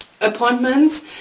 appointments